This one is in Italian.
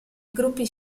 gruppi